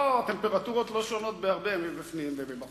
לא, הטמפרטורות לא שונות בהרבה מבפנים ומבחוץ.